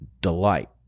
delight